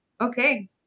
okay